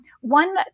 one